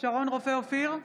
שרון רופא אופיר,